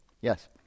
Yes